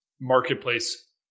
marketplace